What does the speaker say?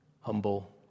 humble